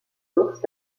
sources